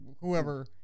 whoever